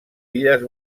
illes